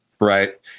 Right